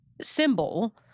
symbol